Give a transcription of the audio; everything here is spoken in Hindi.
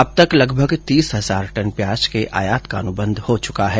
अब तक लगभग तीस हजार टन प्याज के आयात का अनुबंध हो चुका है